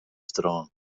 strân